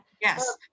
yes